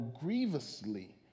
grievously